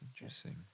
Interesting